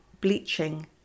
bleaching